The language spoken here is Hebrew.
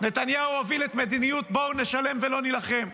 נתניהו הוביל את מדיניות "בואו נשלם ולא נילחם".